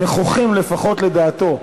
נכוחים לפחות לדעתו.